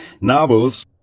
Novels